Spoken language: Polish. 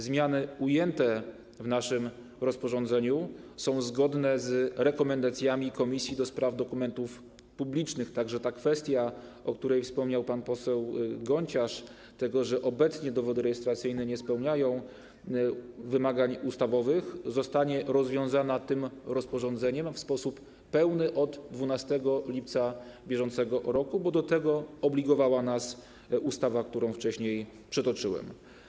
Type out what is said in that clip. Zmiany ujęte w naszym rozporządzeniu są zgodne z rekomendacjami Komisji do spraw dokumentów publicznych, tak że ta kwestia, o której wspomniał pan poseł Gonciarz, że obecnie dowody rejestracyjne nie spełniają wymagań ustawowych, zostanie rozwiązana tym rozporządzeniem, w sposób pełny od 12 lipca br., bo do tego obligowała nas ustawa, którą wcześniej przytoczyłem.